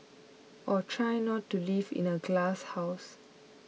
or try not to live in a glasshouse